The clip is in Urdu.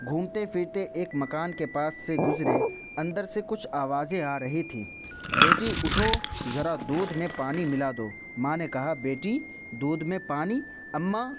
گھومتے پھرتے ایک مکان کے پاس سے گزرے اندر سے کچھ آوازیں آ رہی تھیں بیٹی اٹھو ذرا دودھ میں پانی ملا دو ماں نے کہا بیٹی دودھ میں پانی اماں